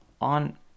on